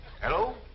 Hello